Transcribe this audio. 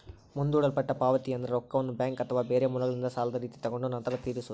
ಮುಂದೂಡಲ್ಪಟ್ಟ ಪಾವತಿಯೆಂದ್ರ ರೊಕ್ಕವನ್ನ ಬ್ಯಾಂಕ್ ಅಥವಾ ಬೇರೆ ಮೂಲಗಳಿಂದ ಸಾಲದ ರೀತಿ ತಗೊಂಡು ನಂತರ ತೀರಿಸೊದು